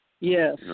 Yes